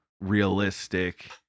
realistic